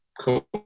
Cool